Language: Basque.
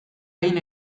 behin